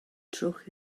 trowch